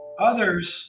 Others